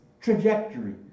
trajectory